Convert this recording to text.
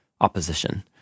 opposition